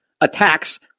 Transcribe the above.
attacks